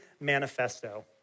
Manifesto